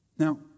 Now